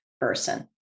person